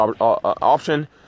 option